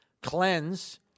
cleanse